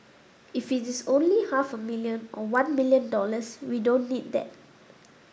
if it is only half a million or one million dollars we don't need that